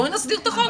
בואי נסדיר את החוק.